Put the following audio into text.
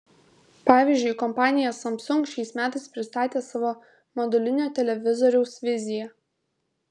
pavyzdžiui kompanija samsung šiais metais pristatė savo modulinio televizoriaus viziją